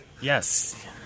yes